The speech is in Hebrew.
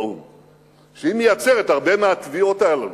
שהיא מייצרת הרבה מהתביעות הללו,